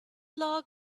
log